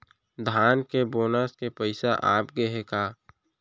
धान के बोनस के पइसा आप गे हे का?